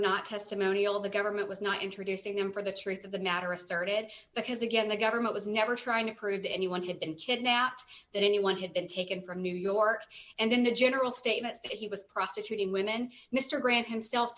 not testimonial of the government was not introducing them for the truth of the matter asserted because again the government was never trying to prove that anyone had been kidnapped that anyone had been taken from new york and then the general statements that he was prostituting women mister grant himself